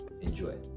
Enjoy